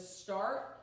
start